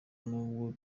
n’ubwo